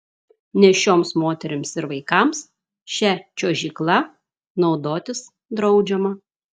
nėščioms moterims ir vaikams šia čiuožykla naudotis draudžiama